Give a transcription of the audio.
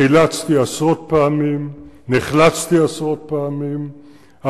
חילצתי עשרות פעמים,